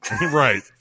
Right